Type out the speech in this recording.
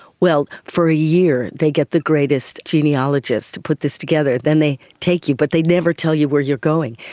well, for a year year they get the greatest genealogists to put this together, then they take you, but they never tell you where you are going,